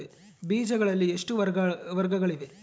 ಬೇಜಗಳಲ್ಲಿ ಎಷ್ಟು ವರ್ಗಗಳಿವೆ?